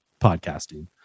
podcasting